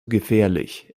gefährlich